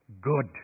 good